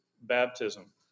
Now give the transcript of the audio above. baptism